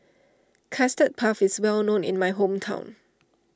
Custard Puff is well known in my hometown